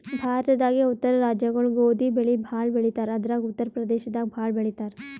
ಭಾರತದಾಗೇ ಉತ್ತರ ರಾಜ್ಯಗೊಳು ಗೋಧಿ ಬೆಳಿ ಭಾಳ್ ಬೆಳಿತಾರ್ ಅದ್ರಾಗ ಉತ್ತರ್ ಪ್ರದೇಶದಾಗ್ ಭಾಳ್ ಬೆಳಿತಾರ್